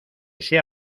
sea